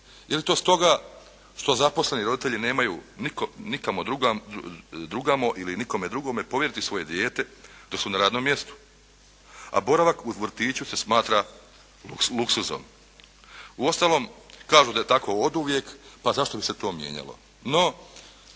Je li to stoga što zaposleni roditelji nemaju nikamo drugamo ili nikome drugome povjeriti svoje dijete dok su na radnom mjestu? A boravak u vrtiću se smatra luksuzom. Uostalom, kažu da je tako oduvijek, pa zašto bi se to mijenjalo. No,